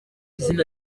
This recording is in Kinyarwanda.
izina